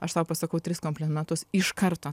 aš tau pasakau tris komplimentus iš karto